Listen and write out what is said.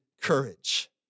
courage